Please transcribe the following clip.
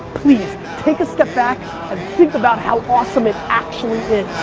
please take a step back and think about how awesome it actually